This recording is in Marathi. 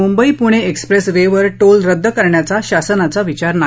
मुंबई पुणे एक्प्रेस वे वर टोल रद्द करण्याचा शासनाचा विचार नाही